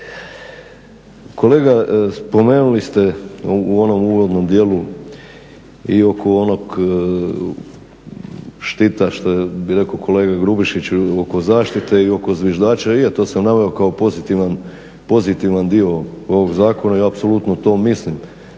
Kolega, spomenuli ste u onom uvodnom djelu i oko onog štita što bi rekao kolega Grubišić i oko zaštite i oko zviždača, je to sam naveo kao pozitivan dio ovog zakona i apsolutno to mislim.